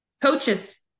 coaches